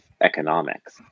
economics